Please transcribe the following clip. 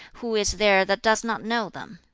who is there that does not know them?